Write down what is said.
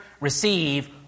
receive